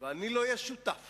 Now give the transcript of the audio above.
ואני לא אהיה שותף